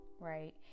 right